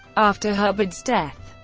after hubbard's death,